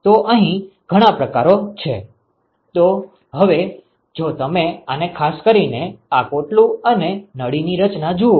તો અહીં ઘણા પ્રકારો છે તો હવે જો તમે આને ખાસ કરીને આ કોટલું અને નળીની રચના જુઓ